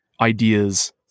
ideas